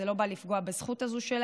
זה לא בא לפגוע בזכות הזאת שלהם.